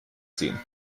ziehen